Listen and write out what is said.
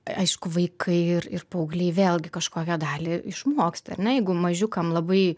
aišku vaikai ir ir paaugliai vėlgi kažkokią dalį išmoksta ar ne jeigu mažiukam labai